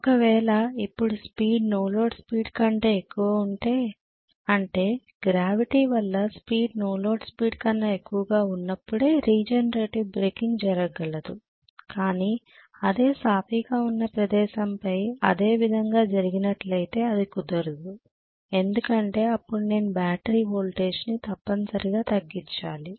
ఒకవేళ ఇప్పుడు speed no load speed కంటే ఎక్కువ ఉంటే అంటే గ్రావిటీ వల్ల స్పీడ్ నో స్పీడ్ కన్నా ఎక్కువగా ఉన్నప్పుడే రీజనరేటివ్ బ్రేకింగ్ జరగ గలదు కానీ అదే సాఫీగా ఉన్నా ప్రదేశంపై అదే విధంగా జరిగినట్లయితే అది కుదరదు ఎందుకంటే అప్పుడు నేను బ్యాటరీ ఓల్టేజ్ ని తప్పనిసరిగా తగ్గించాలి